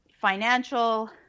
financial